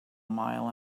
mile